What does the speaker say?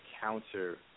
counter